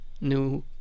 New